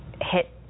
Hit